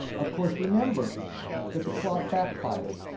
of course, remember that the plot backfired.